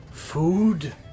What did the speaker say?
Food